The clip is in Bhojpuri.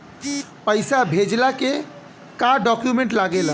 पैसा भेजला के का डॉक्यूमेंट लागेला?